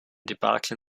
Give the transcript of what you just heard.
debakel